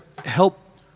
Help